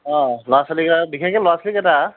অ ল'ৰা ছোৱালীকেইটা বিশেষকৈ ল'ৰা ছোৱালীকেইটা